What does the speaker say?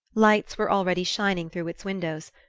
lights were already shining through its windows,